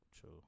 True